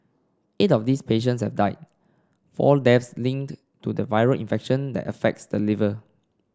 eight of these patients have died four deaths linked to the viral infection that affects the liver